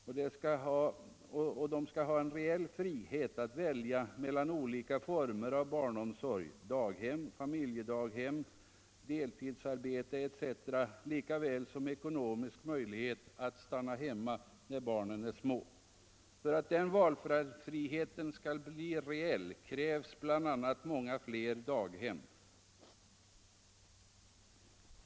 Och de skall ha en reell frihet att välja mellan olika former av barnomsorg —- daghem, familjedaghem, deltidsarbete etc. lika väl som ekonomisk möjlighet att stanna hemma när barnen är små. För att den valfriheten skall bli reell krävs bl.a. många fler daghem.